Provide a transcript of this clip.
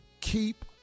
keep